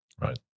right